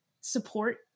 support